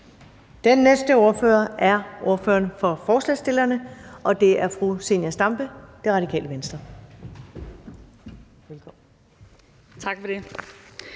Den næste ordfører er ordføreren for forslagsstillerne, og det er fru Zenia Stampe, Det Radikale Venstre.